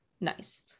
nice